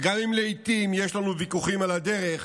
וגם אם לעיתים יש לנו ויכוחים על הדרך,